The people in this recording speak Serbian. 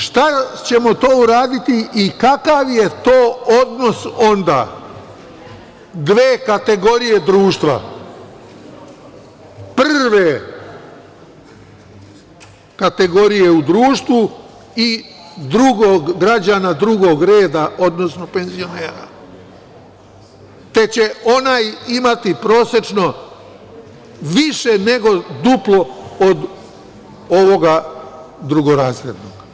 Šta ćemo to uraditi i kakav je to odnos onda dve kategorije društva, prve kategorije u društvu i druge, građana drugog reda, odnosno penzionera, te će onaj imati prosečno više nego duplo od ovog drugorazrednog.